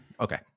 Okay